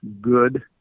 good